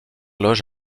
loge